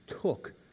took